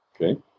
okay